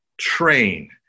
train